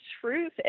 truth